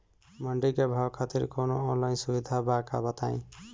मंडी के भाव खातिर कवनो ऑनलाइन सुविधा बा का बताई?